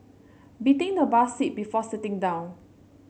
beating the bus seat before sitting down